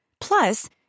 Plus